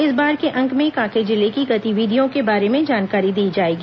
इस बार के अंक में कांकेर जिले की गतिविधियों के बारे में जानकारी दी जाएगी